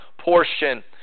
portion